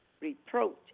reproach